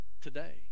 today